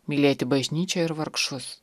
mylėti bažnyčią ir vargšus